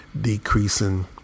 Decreasing